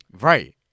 Right